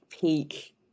peak